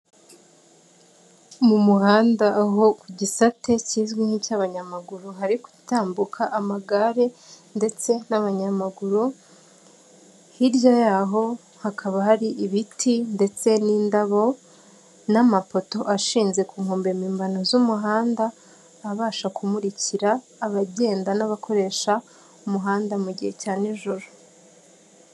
Mu muhanda aho ku gisate kizwi nk'iz'abanyamaguru hari gutambuka amagare ndetse n'abanyamaguru hirya yaho hakaba hari ibiti ndetse n'indabo n'amapoto ashinze ku nkombe mpimbano z'umuhanda abasha kumurikira abagenda n'abakoresha umuhanda mu gihe cya nijoro.